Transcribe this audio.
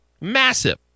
Massive